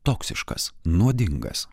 toksiškas nuodingas